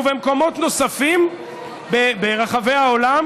ובמקומות נוספים ברחבי העולם,